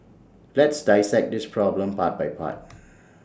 let's dissect this problem part by part